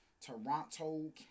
Toronto